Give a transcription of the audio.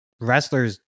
wrestlers